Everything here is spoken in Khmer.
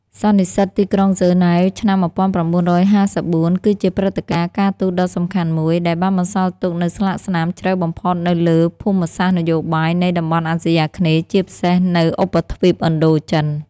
សន្និសីទទីក្រុងហ្សឺណែវ ឆ្នាំ១៩៥៤ គឺជាព្រឹត្តិការណ៍ការទូតដ៏សំខាន់មួយ ដែលបានបន្សល់ទុកនូវស្លាកស្នាមជ្រៅបំផុតនៅលើភូមិសាស្ត្រនយោបាយនៃតំបន់អាស៊ីអាគ្នេយ៍ ជាពិសេសនៅឧបទ្វីបឥណ្ឌូចិន។